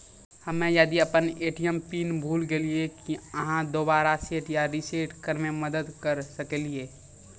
हम्मे यदि अपन ए.टी.एम पिन भूल गलियै, की आहाँ दोबारा सेट या रिसेट करैमे मदद करऽ सकलियै?